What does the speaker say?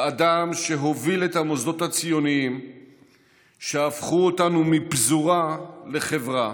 באדם שהוביל את המוסדות הציוניים שהפכו אותנו מפזורה לחברה,